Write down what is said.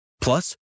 Plus